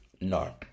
No